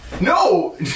No